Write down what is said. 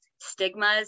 stigmas